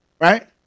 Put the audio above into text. Right